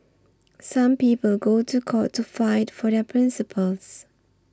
some people go to court to fight for their principles